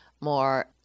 more